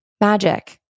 magic